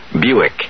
Buick